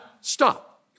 stop